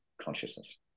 consciousness